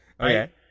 Okay